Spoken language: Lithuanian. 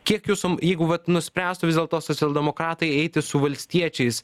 kiek jūsų jeigu vat nuspręstų vis dėlto socialdemokratai eiti su valstiečiais